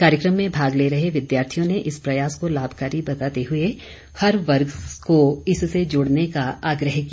कार्यक्रम में भाग ले रहे विद्यार्थियों ने इस प्रयास को लाभकारी बताते हुए हर वर्ग को इससे जुड़ने का आग्रह किया